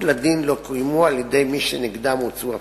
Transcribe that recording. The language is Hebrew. לדין לא קוים על-ידי מי שנגדם הופנו הצווים.